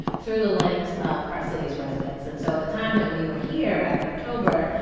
through the lens of our city's residents. and so at the time that we were here back in october,